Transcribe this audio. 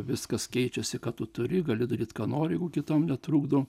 viskas keičiasi ką tu turi gali daryt ką nori jeigu kitam netrukdo